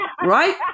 Right